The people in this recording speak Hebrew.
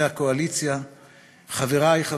חברי הקואליציה,